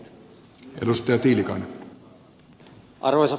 arvoisa puhemies